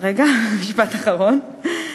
רגע, משפט אחרון.